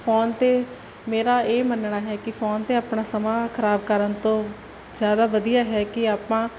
phone ਤੇ ਮੇਰਾ ਇਹ ਮੰਨਣਾ ਹੈ ਕਿ ਫੋਨ ਤੇ ਆਪਣਾ ਸਮਾਂ ਖਰਾਬ ਕਰਨ ਤੋਂ ਜਿਆਦਾ ਵਧੀਆ ਹੈ ਕਿ ਆਪਾਂ